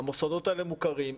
המוסדות האלה מוכרים,